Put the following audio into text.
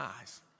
eyes